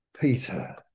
Peter